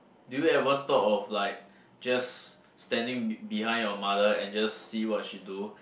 do you ever thought of like just standing be behind your mother and just see what she do